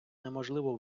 неможливо